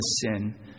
sin